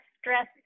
stress